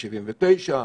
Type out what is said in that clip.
מ-1977,